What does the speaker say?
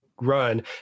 run